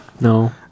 No